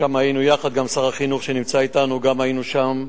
שם היינו יחד, גם שר החינוך שנמצא אתנו, היינו שם,